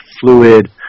fluid